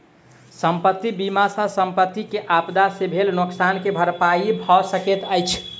संपत्ति बीमा सॅ संपत्ति के आपदा से भेल नोकसान के भरपाई भअ सकैत अछि